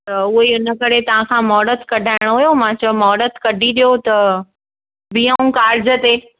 त उहो ई हिन करे तव्हां खां महुरतु कढाइणो हो मां चयो महुरतु कढी ॾियो त बीहूं कार्ज ते